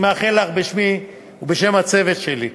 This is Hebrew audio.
אני מאחל לך, בשמי ובשם הצוות שלי,